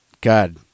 God